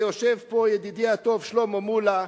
ויושב פה ידידי הטוב שלמה מולה.